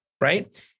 right